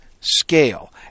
scale